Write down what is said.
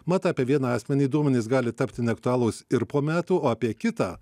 mat apie vieną asmenį duomenys gali tapti neaktualūs ir po metų o apie kitą